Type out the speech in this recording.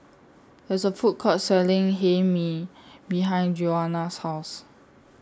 here IS A Food Court Selling Hae Mee behind Joana's House